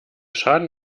schaden